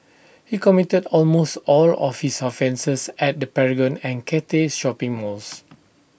he committed almost all of his offences at the Paragon and Cathay shopping malls